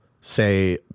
say